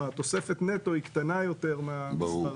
והתופסת נטו היא קטנה יותר מהמספרים.